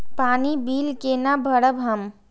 पानी बील केना भरब हम?